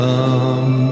Come